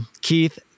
Keith